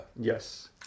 Yes